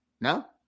No